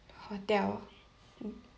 hotel